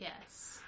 Yes